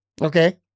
Okay